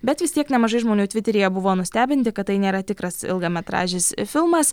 bet vis tiek nemažai žmonių tviteryje buvo nustebinti kad tai nėra tikras ilgametražis filmas